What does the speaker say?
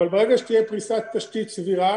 אבל ברגע שתהיה פריסת תשתית סבירה